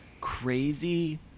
crazy